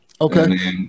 Okay